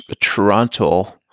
Toronto